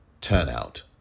Turnout